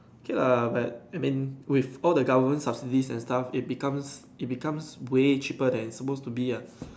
okay lah but I mean with all the government subsidies and stuff it becomes it becomes way cheaper than supposed to be lah